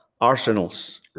arsenals